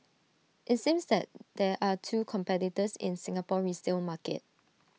IT seems that there are two competitors in Singapore resale market